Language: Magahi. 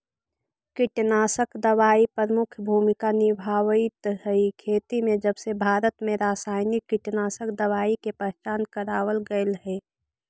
कीटनाशक दवाई प्रमुख भूमिका निभावाईत हई खेती में जबसे भारत में रसायनिक कीटनाशक दवाई के पहचान करावल गयल हे